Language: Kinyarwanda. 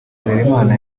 harerimana